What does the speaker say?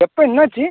எப்போ என்னாச்சி